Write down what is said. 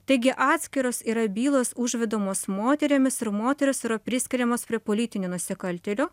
taigi atskiros yra bylos užvedamos moterimis ir moterys yra priskiriamos prie politinių nusikaltėlių